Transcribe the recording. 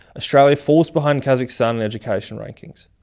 australia falls behind kazakhstan in education rankings?